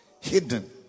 hidden